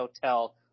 hotel